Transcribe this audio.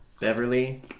Beverly